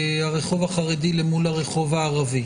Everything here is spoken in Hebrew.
הרחוב החרדי אל מול הרחוב הערבי,